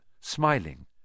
smiling